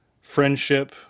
friendship